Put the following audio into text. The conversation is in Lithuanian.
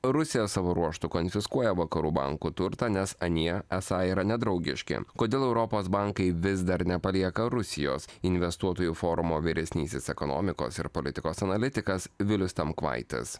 rusija savo ruožtu konfiskuoja vakarų bankų turtą nes anie esą yra nedraugiški kodėl europos bankai vis dar nepalieka rusijos investuotojų forumo vyresnysis ekonomikos ir politikos analitikas vilius tamkvaitis